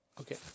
Okay